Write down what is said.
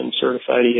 certified